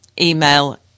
email